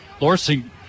Lorsing